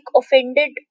offended